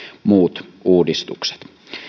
muut uudistukset